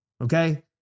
Okay